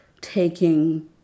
taking